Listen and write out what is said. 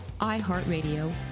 iHeartRadio